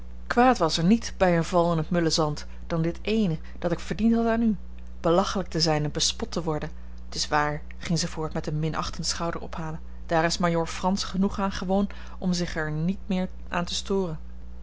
kwaad was er niet bij een val in het mulle zand dan dit eene dat ik verdiend had aan u belachelijk te zijn en bespot te worden t is waar ging zij voort met een minachtend schouderophalen daar is majoor frans genoeg aan gewoon om er zich niet meer aan te storen